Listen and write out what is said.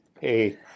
Hey